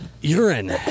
Urine